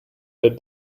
that